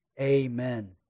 Amen